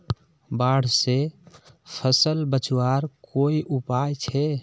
बाढ़ से फसल बचवार कोई उपाय छे?